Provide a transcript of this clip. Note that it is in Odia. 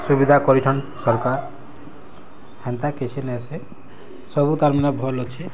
ସୁବିଧା କରିଛନ୍ ସରକାର୍ ହେନ୍ତା କିଛି ନାଏସି ସବୁ ତାର୍ ମାନେ ଭଲ୍ ଅଛି